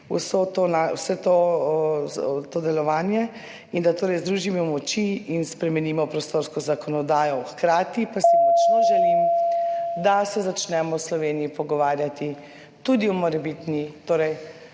vse to delovanje, in da združimo moči in spremenimo prostorsko zakonodajo. Hkrati pa si močno želim, da se začnemo v Sloveniji pogovarjati tudi o morebitni